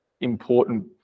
important